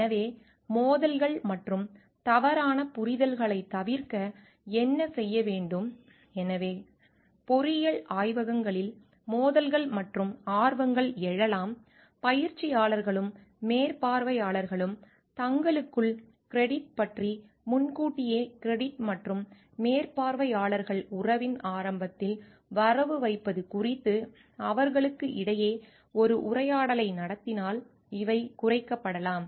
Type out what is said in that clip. எனவே மோதல்கள் மற்றும் தவறான புரிதல்களைத் தவிர்க்க என்ன செய்ய வேண்டும் எனவே பொறியியல் ஆய்வகங்களில் மோதல்கள் மற்றும் ஆர்வங்கள் எழலாம் பயிற்சியாளர்களும் மேற்பார்வையாளர்களும் தங்களுக்குள் கிரெடிட் பற்றி முன்கூட்டியே கிரெடிட் மற்றும் மேற்பார்வையாளர்கள் உறவின் ஆரம்பத்தில் வரவு வைப்பது குறித்து அவர்களுக்கு இடையே ஒரு உரையாடலை நடத்தினால் இவை குறைக்கப்படலாம்